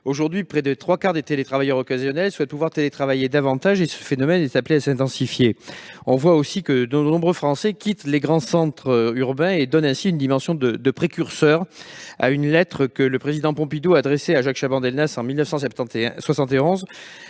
Aujourd'hui, près des trois quarts des télétravailleurs occasionnels souhaitent pouvoir télétravailler davantage ; ce phénomène est appelé à s'intensifier. On constate aussi que de nombreux Français quittent les grands centres urbains et donnent ainsi une aura de précurseur au président Pompidou, qui écrivait ceci dans une lettre à Jacques Chaban-Delmas, en 1970